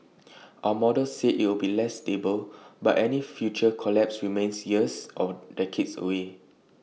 our models say IT will be less stable but any future collapse remains years or decades away